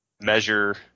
measure